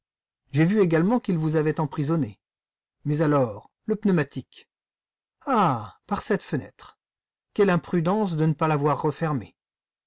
j'ai vu également qu'il vous avait emprisonnée mais alors le pneumatique ah par cette fenêtre quelle imprudence de ne pas l'avoir refermée